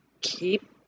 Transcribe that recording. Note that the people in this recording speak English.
keep